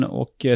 och